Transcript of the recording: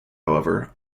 however